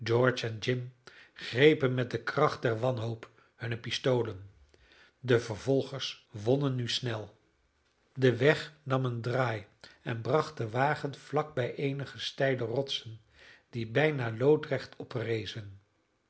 grepen met de kracht der wanhoop hunne pistolen de vervolgers wonnen nu snel de weg nam een draai en bracht den wagen vlak bij eenige steile rotsen die bijna loodrecht oprezen